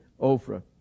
Ophrah